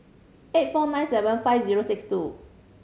eight four nine seven five zero six two